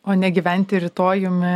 o ne gyventi rytojumi